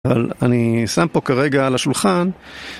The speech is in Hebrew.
אבל אני שם פה כרגע על השולחן